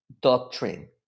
doctrine